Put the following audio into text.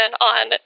on